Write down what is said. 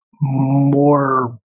more